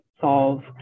solve